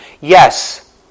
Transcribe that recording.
Yes